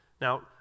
Now